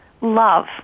love